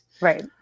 Right